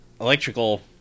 electrical